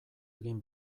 egin